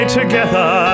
together